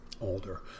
older